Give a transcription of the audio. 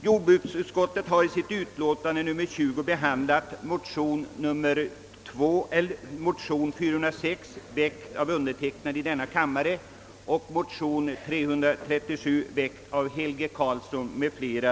Jordbruksutskottet har i sitt utlåtande nr 20 behandlat de likalydande motionerna 11:406 — väckt av mig själv och några kammarkamrater — samt I: 334 väckt av herr Helge Karlsson m.fl.